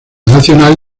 nacional